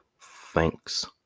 Thanks